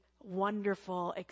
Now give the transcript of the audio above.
wonderful